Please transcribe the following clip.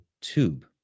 tube